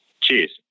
Cheers